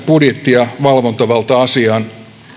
budjetti ja valvontavalta asiaan